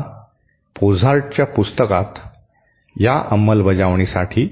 आता पोझार्टच्या पुस्तकात या अंमलबजावणीसाठी